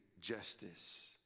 justice